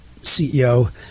CEO